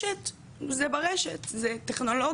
קיבלתי פעם אחר פעם תשובה,